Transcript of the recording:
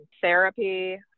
therapy